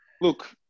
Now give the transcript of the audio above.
Look